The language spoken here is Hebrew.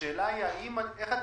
השאלה היא האם אותו